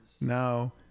Now